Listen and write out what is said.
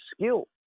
skill